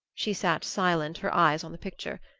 she sat silent, her eyes on the picture.